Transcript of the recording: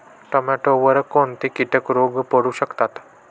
टोमॅटोवर कोणते किटक रोग पडू शकतात?